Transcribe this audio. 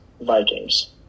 Vikings